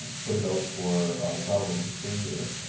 put it out for, on a trial basis for a year.